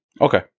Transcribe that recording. Okay